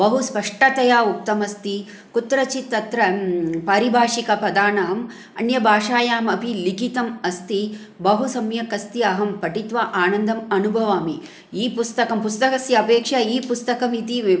बहु स्पष्टतया उक्तमस्ति कुत्रचित् तत्र पारिभाषिकपदानाम् अन्यभाषायामपि लिखितम् अस्ति बहु सम्यक् अस्ति अहं पठित्वा आनन्दम् अनुभवामि ई पुस्तकं पुस्तकस्य अपेक्षा ई पुस्तकमिति व् व्